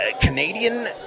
Canadian